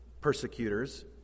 persecutors